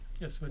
Yes